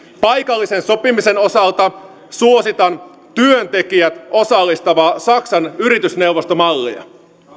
paikallisen sopimisen osalta suositan työntekijät osallistavaa saksan yritysneuvostomallia